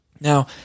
Now